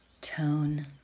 tone